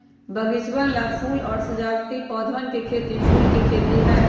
बगीचवन ला फूल और सजावटी पौधवन के खेती फूल के खेती है